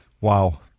Wow